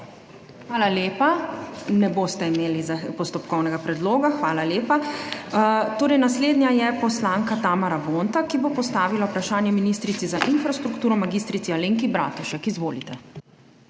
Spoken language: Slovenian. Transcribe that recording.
Hvala lepa. Ne boste imeli postopkovnega predloga? (Ne.) Hvala lepa. Naslednja je poslanka Tamara Vonta, ki bo postavila vprašanje ministrici za infrastrukturo mag. Alenki Bratušek. Izvolite.